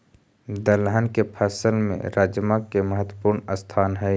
दलहन के फसल में राजमा के महत्वपूर्ण स्थान हइ